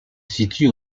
situe